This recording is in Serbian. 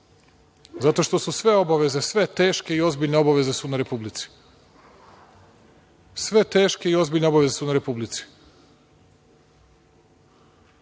Zato što su sve obaveze, sve teške i ozbiljne obaveze na Republici. Sve teške i ozbiljne obaveze su na Republici.